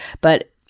But-